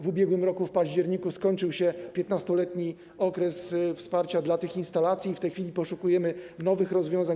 W ubiegłym roku w październiku skończył się 15-letni okres wsparcia dla tych instalacji i w tej chwili poszukujemy nowych rozwiązań.